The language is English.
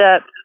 up